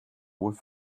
with